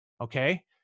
Okay